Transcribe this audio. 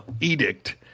edict